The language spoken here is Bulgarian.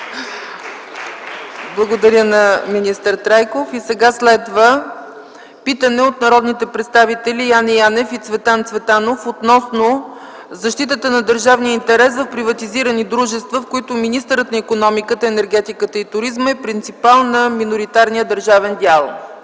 Благодаря на министър Трайков. Следва питане от народните представители Яне Янев и Цветан Цветанов относно защитата на държавния интерес в приватизирани дружества, в които министърът на икономиката, енергетиката и туризма е принципал на миноритарния държавен дял. Господин